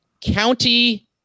county